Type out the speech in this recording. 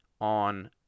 on